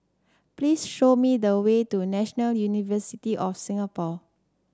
please show me the way to National University of Singapore